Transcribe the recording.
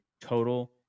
total